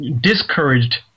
discouraged